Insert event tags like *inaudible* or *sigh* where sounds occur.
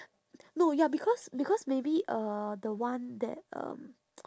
no ya because because maybe uh the one that um *noise*